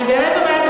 אני באמת אומרת,